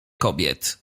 kobiet